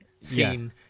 scene